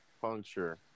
puncture